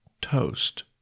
toast